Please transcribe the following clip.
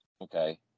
Okay